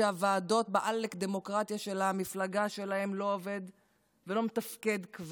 שהוועדות בעלק-דמוקרטיה של המפלגה שלהם כבר לא עובדות ולא מתפקדות,